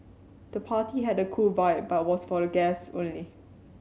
the party had a cool vibe but was for the guests only